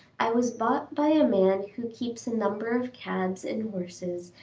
i was bought by a man who keeps a number of cabs and horses,